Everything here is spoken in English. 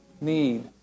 need